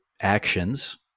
actions